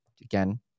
again